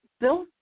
Bill